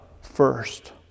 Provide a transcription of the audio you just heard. first